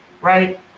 right